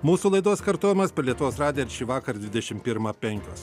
mūsų laidos kartojimas per lietuvos radiją šįvakar dvidešim pirmą penkios